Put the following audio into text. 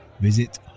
visit